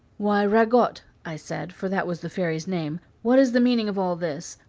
why, ragotte i said, for that was the fairy's name, what is the meaning of all this?